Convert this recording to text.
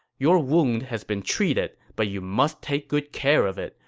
your wound has been treated, but you must take good care of it.